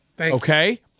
okay